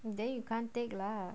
then you can't take lah